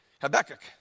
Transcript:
Habakkuk